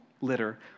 litter